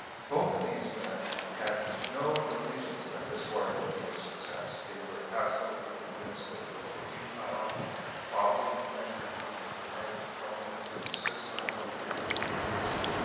both of these men had no illusions that this war could be a success. they were absolutely convinced that it was a futile and folly measure on the part of the parliament to insist on military coercion,